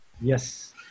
Yes